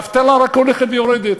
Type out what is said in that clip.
האבטלה רק הולכת ויורדת.